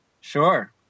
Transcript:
Sure